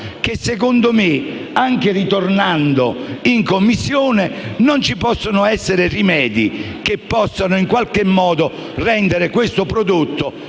che, secondo me, anche tornando in Commissione non ci possono essere rimedi che possano rendere questo un prodotto